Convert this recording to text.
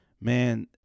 Man